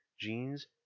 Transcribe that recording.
genes